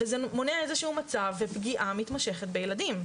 וזה מונע איזה שהוא מצב ופגיעה מתמשכת בילדים.